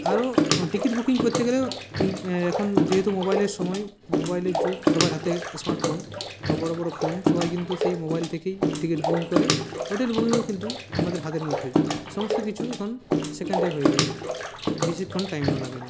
আরও ticket booking করতে গেলেও এখন যেহেতু মোবাইলের সময় মোবাইলের যুগ সবার হাতে স্মার্ট ফোন বড় বড় ফোন সবাই কিন্তু সেই মোবাইল থেকেই টিকিট বুকিং করে হোটেল বুকিংও কিন্তু আমাদের হাতের মুঠোয় সমস্ত কিছু এখন সেকেন্ডে হয়ে যাই বেশিক্ষণ টাইমও লাগে না